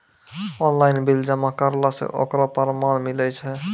Online bill जमा करला से ओकरौ परमान मिलै छै?